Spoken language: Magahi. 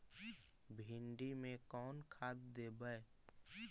भिंडी में कोन खाद देबै?